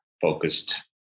focused